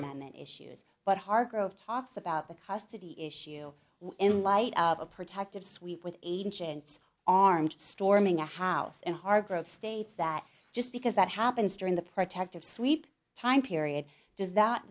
amendment issues but hargrove talks about the custody issue in light of a protective sweep with agents armed storming a house and hargrove states that just because that happens during the protective sweep time period does that